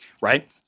right